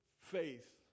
faith